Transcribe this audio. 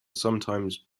sometimes